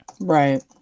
Right